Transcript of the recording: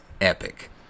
epic